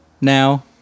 now